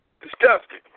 Disgusting